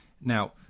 Now